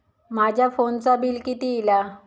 माझ्या फोनचा बिल किती इला?